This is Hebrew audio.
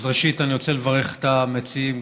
ראשית אני רוצה לברך את המציעים,